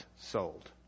sold